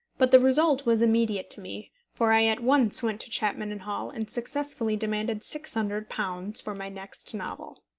but the result was immediate to me, for i at once went to chapman and hall and successfully demanded six hundred pounds for my next novel.